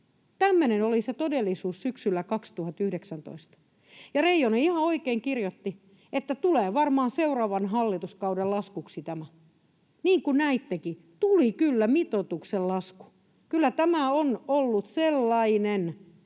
Tämmöinen oli se todellisuus syksyllä 2019, ja Reijonen ihan oikein kirjoitti, että tämä tulee varmaan seuraavan hallituskauden laskuksi. Niin kuin näittekin, tuli kyllä mitoituksen lasku. Kyllä tämä on ollut sellainen